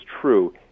true